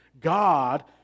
God